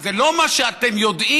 זה לא מה שאתם יודעים,